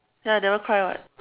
ya I never cry [what]